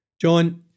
John